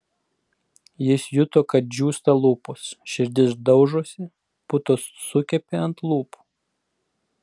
jis juto kad džiūsta lūpos širdis daužosi putos sukepė ant lūpų